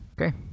Okay